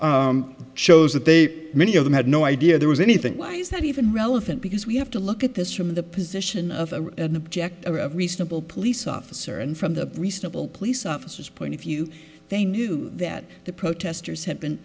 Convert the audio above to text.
shows that they many of them had no idea there was anything why is that even relevant because we have to look at this from the position of an object of reasonable police officer and from the recent will police officers point of view they knew that the protesters